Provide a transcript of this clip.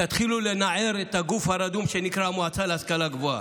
תתחילו לנער את הגוף הרדום שנקרא המועצה להשכלה גבוהה.